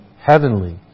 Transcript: heavenly